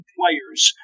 players